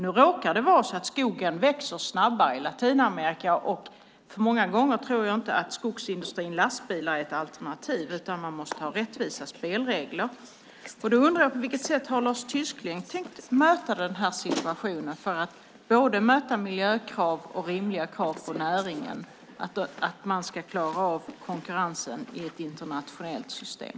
Nu råkar det vara så att skogen växer snabbare i Latinamerika, och många gånger tror jag inte att lastbilar är ett alternativ i skogsindustrin. Man måste ha rättvisa spelregler. Jag undrar: På vilket sätt har Lars Tysklind tänkt möta denna situation för att möta både miljökrav och rimliga krav på näringen så att man klarar av konkurrensen i ett internationellt system?